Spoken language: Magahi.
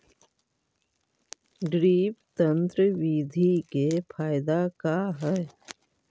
ड्रिप तन्त्र बिधि के फायदा का है?